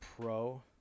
pro